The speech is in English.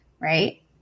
right